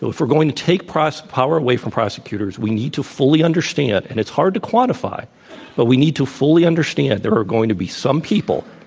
so if we're going to take power away from prosecutors, we need to fully understand and it's hard to quantify but we need to fully understand there are going to be some people,